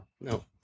No